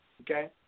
okay